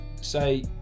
say